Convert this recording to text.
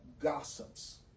gossips